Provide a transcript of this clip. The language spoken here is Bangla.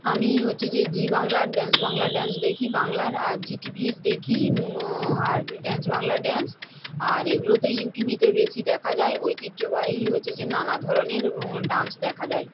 আমি হচ্ছে যে জি বাংলার ডান্স বাংলা ডান্স দেখি বাংলার আর জি টি ভির দেখি আর ইয়ে ডান্স বাংলা ডান্স আর এগুলোতে ইউ টি ভিতে বেশি দেখা যায় ঐতিহ্যবাহী হচ্ছে যে নানা ধরনের ডান্স দেখা যায়